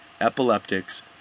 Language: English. epileptics